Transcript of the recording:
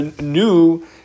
new